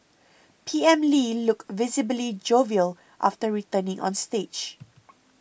P M Lee looked visibly jovial after returning on stage